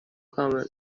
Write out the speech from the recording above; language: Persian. کامله